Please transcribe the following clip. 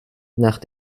nach